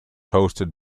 hosted